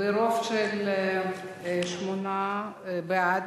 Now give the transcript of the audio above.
ברוב של שמונה בעד,